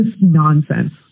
nonsense